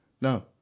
No